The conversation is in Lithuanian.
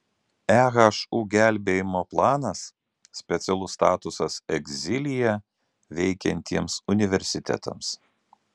ehu gelbėjimo planas specialus statusas egzilyje veikiantiems universitetams